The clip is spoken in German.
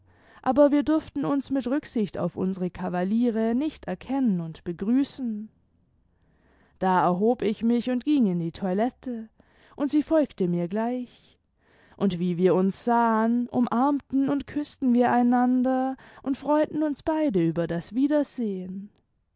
aber wir durften uns mit rücksicht auf unsere kavaliere nicht erkennen und begrüßen da erhob ich mich imd ging in die toilette und sie folgte mir gleich imd wie wir uns sahen umarmten und küßten wir einander imd freuten uns beide über das wiedersehen